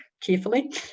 carefully